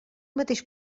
mateix